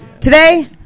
today